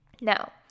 now